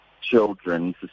children